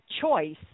choice